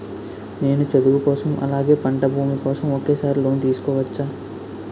నేను చదువు కోసం అలాగే పంట భూమి కోసం ఒకేసారి లోన్ తీసుకోవచ్చా?